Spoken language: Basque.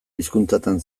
hizkuntzatan